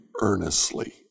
earnestly